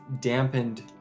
dampened